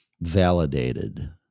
validated